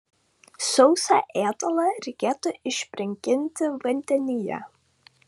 sausą ėdalą reikėtų išbrinkinti vandenyje